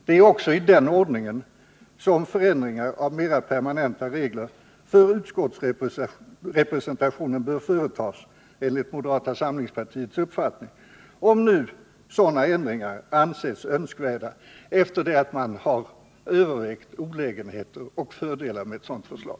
Det är också i den ordningen som enligt moderata samlingspartiets uppfattning förändringar av mera permanenta regler för utskottsrepresentationen bör företagas, om nu sådana ändringar anses önskvärda efter det att man har övervägt olägenheter och fördelar som är förenade med dem.